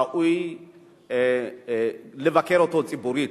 ראוי לבקר אותו ציבורית,